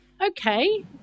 Okay